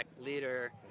leader